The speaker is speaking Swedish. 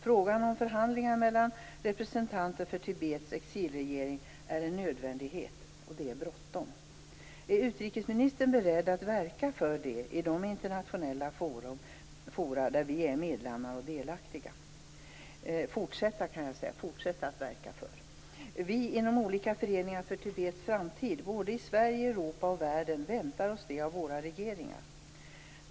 Frågan om förhandlingar med representanter för Tibets exilregering är en nödvändighet, och det är bråttom. Är utrikesministern beredd att fortsätta att verka för det i de internationella forum där vi är medlemmar och delaktiga? Vi inom olika föreningar för Tibets framtid - både i Sverige, Europa och i världen i övrigt - väntar oss det av våra regeringar.